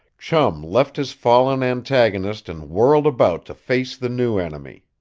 chum left his fallen antagonist and whirled about to face the new enemy.